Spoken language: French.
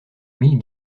mille